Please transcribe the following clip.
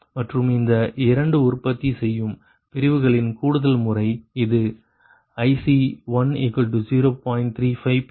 மற்றும் இந்த இரண்டு உற்பத்தி செய்யும் பிரிவுகளின் கூடுதல் முறை இது IC10